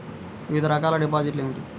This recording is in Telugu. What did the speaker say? వివిధ రకాల డిపాజిట్లు ఏమిటీ?